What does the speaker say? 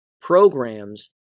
programs